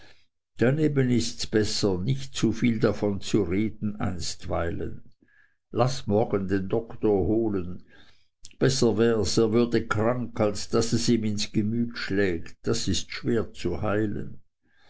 daneben ists besser nicht zu viel davon zu reden einstweilen laß morgen den doktor holen besser wärs er würde krank als daß es ihm ins gemüt schlägt das ist schwer zu heilen